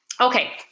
Okay